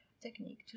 technique